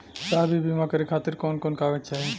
साहब इ बीमा करें खातिर कवन कवन कागज चाही?